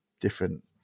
different